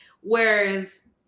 whereas